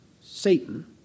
Satan